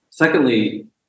Secondly